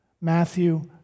Matthew